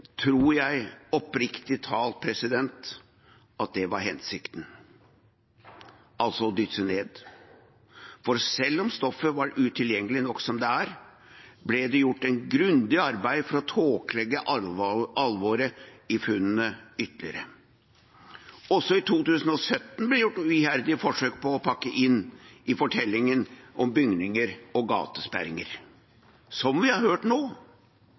tror jeg oppriktig talt at det var hensikten, altså å dysse ned. For selv om stoffet var utilgjengelig nok som det var, ble det gjort et grundig arbeid for å tåkelegge alvoret i funnene ytterligere. Også i 2017 ble det gjort iherdige forsøk på å pakke det inn i fortellingen om bygninger og gatesperringer, som vi har hørt nå.